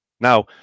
now